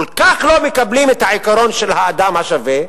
כל כך לא מקבלים את העיקרון של האדם השווה,